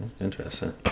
interesting